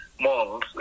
malls